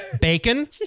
bacon